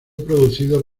producido